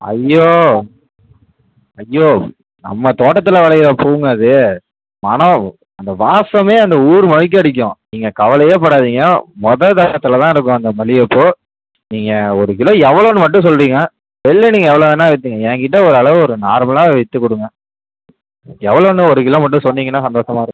ஐயோ ஐயோ நம்ம தோட்டத்தில் விளையிற பூவுங்க அது மணம் அந்த வாசமே அந்த ஊர் வரைக்கும் அடிக்கும் நீங்கள் கவலையேபடாதீங்க மொதல் தரத்தில்தான் இருக்கும் அந்த மல்லிகைப்பூ நீங்கள் ஒரு கிலோ எவ்வளோன்னு மட்டும் சொல்லிடுங்க வெளில நீங்கள் எவ்வளோ வேணால் விற்றுக்குங்க என்கிட்ட ஒரு அளவு ஒரு நார்மலாக விற்று கொடுங்க எவ்வளோன்னு ஒரு கிலோ மட்டும் சொன்னிங்கனால் சந்தோஷமா இருக்